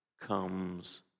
comes